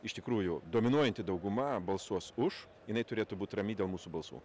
iš tikrųjų dominuojanti dauguma balsuos už jinai turėtų būt rami dėl mūsų balsų